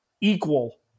equal